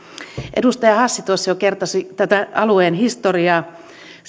edustaja hassi tuossa jo kertasi tätä alueen historiaa